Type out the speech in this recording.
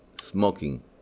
smoking